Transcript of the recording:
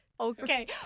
Okay